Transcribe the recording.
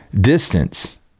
distance